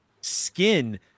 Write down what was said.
skin